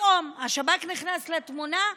פתאום השב"כ נכנס לתמונה,